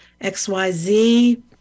XYZ